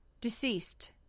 Deceased